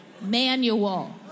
manual